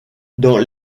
dans